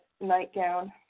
nightgown